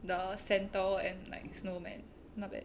the santa and like snow man not bad